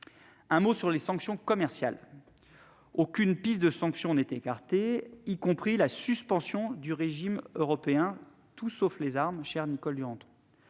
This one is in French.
qui concerne les sanctions commerciales, aucune piste n'est écartée, y compris la suspension du régime européen « Tout sauf les armes », chère Nicole Duranton.